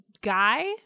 guy